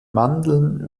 mandeln